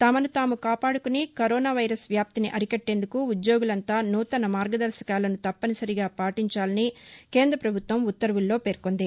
తమను తాము కాపాడుకొని కరోనా వ్యాప్తిని అరికట్టేందుకు ఉద్యోగులంతా నూతన మార్గదర్శకాలను తప్పనిసరిగా పాటించాలని కేంద పభుత్వం ఉత్తర్వుల్లో పేర్కొంది